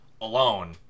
alone